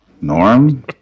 Norm